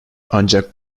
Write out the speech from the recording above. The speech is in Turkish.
ancak